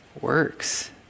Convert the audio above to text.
works